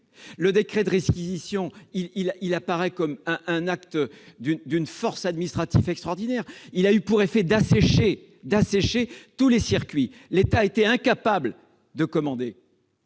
Le décret de réquisition apparaît comme un acte d'une force administrative extraordinaire. Il a eu pour effet d'assécher tous les circuits. L'État a été incapable de commander,